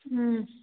ꯎꯝ